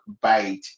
bite